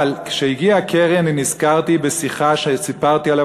אבל כשהגיע קרי נזכרתי בשיחה שסיפרתי עליה,